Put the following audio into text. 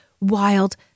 wild